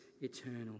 eternal